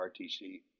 RTC